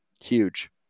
Huge